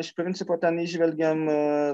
iš principo ten įžvelgiam